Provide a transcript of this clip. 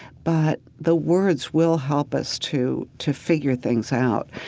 but the words will help us to to figure things out.